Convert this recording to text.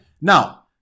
Now